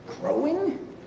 growing